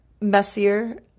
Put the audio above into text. Messier